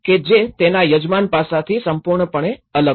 કે જે તેના યજમાન પાસાથી સંપૂર્ણપણે અલગ છે